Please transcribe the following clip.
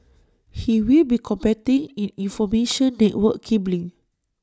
he will be competing in information network cabling